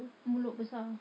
mulut besar